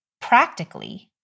practically